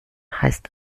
heißt